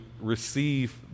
receive